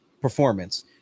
performance